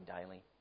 daily